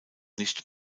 nicht